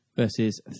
Versus